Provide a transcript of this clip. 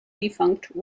defunct